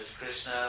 Krishna